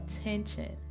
attention